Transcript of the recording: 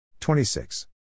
26